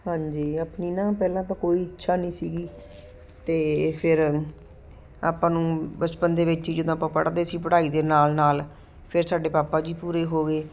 ਹਾਂਜੀ ਆਪਣੀ ਨਾ ਪਹਿਲਾਂ ਤਾਂ ਕੋਈ ਇੱਛਾ ਨਹੀਂ ਸੀਗੀ ਅਤੇ ਫਿਰ ਆਪਾਂ ਨੂੰ ਬਚਪਨ ਦੇ ਵਿੱਚ ਆਪਾਂ ਜਦੋਂ ਪੜ੍ਹਦੇ ਸੀ ਪੜ੍ਹਾਈ ਦੇ ਨਾਲ ਨਾਲ ਫਿਰ ਸਾਡੇ ਪਾਪਾ ਜੀ ਪੂਰੇ ਹੋ ਗਏ